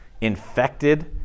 infected